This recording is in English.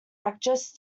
actress